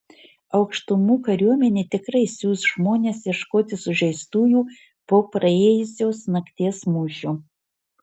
aukštumų kariuomenė tikrai siųs žmones ieškoti sužeistųjų po praėjusios nakties mūšio